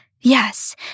Yes